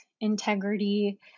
integrity